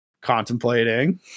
contemplating